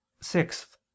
sixth